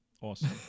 awesome